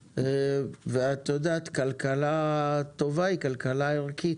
ואת יודעת, כלכלה טובה היא כלכלה ערכית,